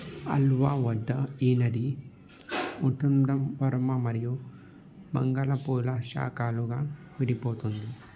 ఆలువా వద్ద ఈ నది మార్తాండ వర్మ మరియు మంగళపూళ శాఖలుగా విడిపోతుంది